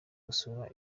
gusura